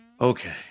Okay